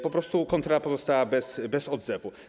Po prostu kontrola pozostała bez odzewu.